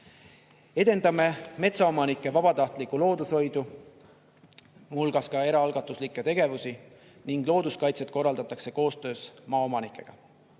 metsaomanike vabatahtlikku loodushoidu, muu hulgas eraalgatuslikke tegevusi, ning looduskaitset korraldatakse koostöös maaomanikega.